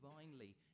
divinely